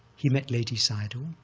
he met ledi sayadaw.